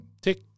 Tick